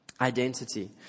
identity